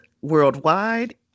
Worldwide